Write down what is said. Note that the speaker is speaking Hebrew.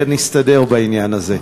ונסתדר בעניין הזה.